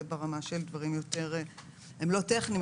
זה ברמה של דברים שהם לא טכניים,